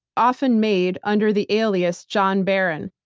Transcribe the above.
often made under the alias john barron.